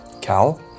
Cal